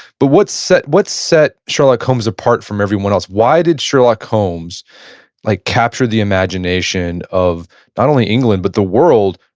but what's set what's set sherlock holmes apart from everyone else? why did sherlock holmes like capture the imagination of not only england but the world,